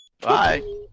Bye